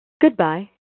Goodbye